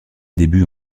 débuts